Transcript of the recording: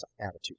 Attitude